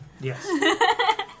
Yes